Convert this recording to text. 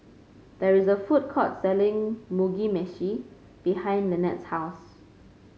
there is a food court selling Mugi Meshi behind Lynnette's house